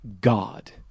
God